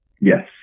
yes